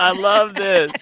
i love this